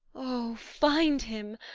o, find him!